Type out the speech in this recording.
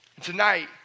Tonight